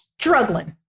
struggling